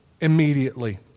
immediately